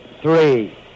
three